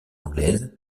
anglaise